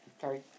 Sorry